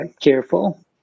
careful